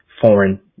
foreign